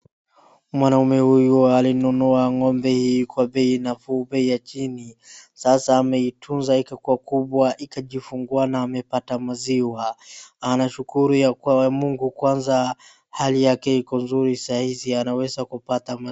Mwanaume huyu alinunua ng'ombe hii kwa bei nafuu, bei ya chini sasa ameitunza ikakuwa kubwa ikajifungua na amepata maziwa. Anashukuru yakuwa Mungu kwanza hali yake iko nzuri sahizi anaweza kupata maziwa.